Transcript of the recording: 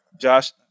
Josh –